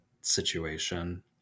situation